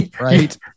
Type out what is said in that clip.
right